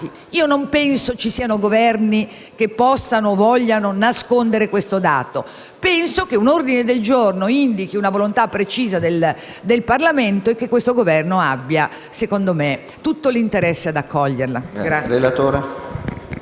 Non penso ci siano Governi che possano o vogliano nascondere questo dato; penso che un ordine del giorno indichi una volontà precisa del Parlamento e che questo Governo abbia, secondo me, tutto l'interesse ad accoglierlo.